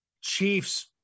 chiefs